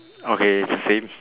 okay it safe